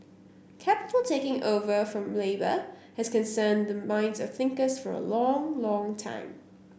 capital taking over from labour has concerned the minds of thinkers for a long long time